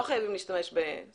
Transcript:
לא חייבים להשתמש בשקיות פלסטיק.